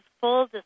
full